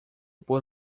por